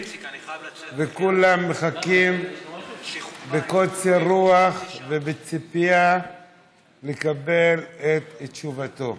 וכולם מחכים בקוצר רוח ובציפייה לקבל את תשובתך.